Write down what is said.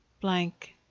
blank